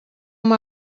uma